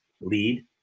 lead